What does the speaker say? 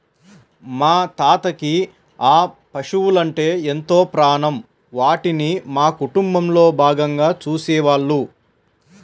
మా తాతకి ఆ పశువలంటే ఎంతో ప్రాణం, వాటిని మా కుటుంబంలో భాగంగా చూసేవాళ్ళు